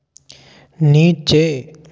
नीचे